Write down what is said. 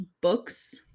books